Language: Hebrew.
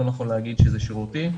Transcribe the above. לא נכון להגיד שזה שרירותי.